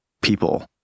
people